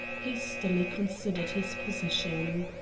hastily considered his position.